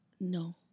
No